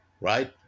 right